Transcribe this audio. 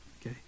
Okay